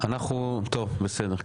בסדר.